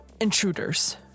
intruders